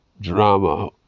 drama